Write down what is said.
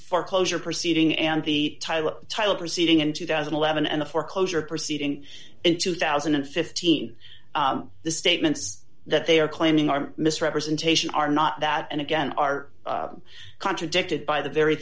foreclosure proceeding and the title proceeding in two thousand and seven and the foreclosure proceeding in two thousand and fifteen the statements that they are claiming are misrepresentation are not that and again are contradicted by the very